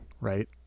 Right